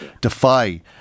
defy